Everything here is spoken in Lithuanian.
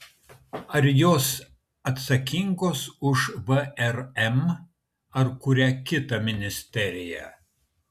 ar jos atsakingos už vrm ar kurią kitą ministeriją